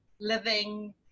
living